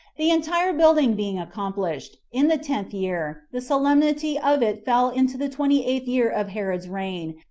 the entire building being accomplished in the tenth year the solemnity of it fell into the twenty-eighth year of herod's reign,